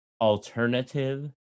Alternative